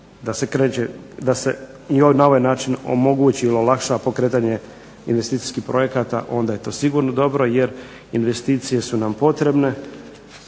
da se i na ovaj način omogući ili olakša pokretanje investicijskih projekata onda je to sigurno dobro, jer investicije su nam potrebne,